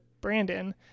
Brandon